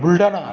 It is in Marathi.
बुलढाणा